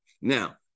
Now